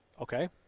Okay